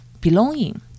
belonging